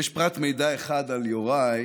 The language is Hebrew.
יש פרט מידע אחד על יוראי